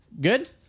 Good